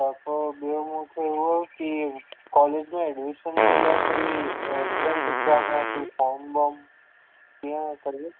अच्छा पोइ ॿियो मूंखे हुयो की कॉलेज में एडमीशन जे लाइ कोई एंट्रेंस एग़्जाम या कोई फ़ॉर्म वॉर्म कीअं करिजे